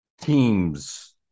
teams